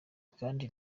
kandi